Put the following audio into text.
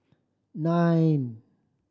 nine